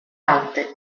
alte